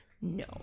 No